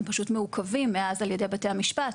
הם פשוט מעוכבים מאז על ידי בתי המשפט.